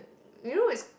you know is